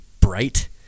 Bright